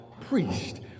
priest